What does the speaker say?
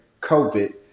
COVID